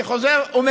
אני חוזר ואומר,